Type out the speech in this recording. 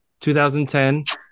2010